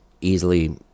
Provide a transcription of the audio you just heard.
easily